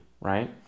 right